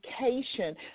education